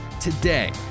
Today